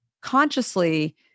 consciously